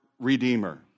Redeemer